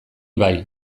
bai